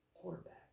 quarterback